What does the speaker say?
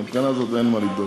מהבחינה הזאת אין מה לדאוג,